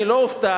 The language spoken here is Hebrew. אני לא אופתע,